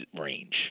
range